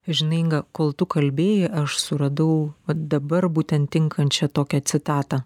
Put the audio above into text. žinai inga kol tu kalbėjai aš suradau vat dabar būtent tinkančią tokią citatą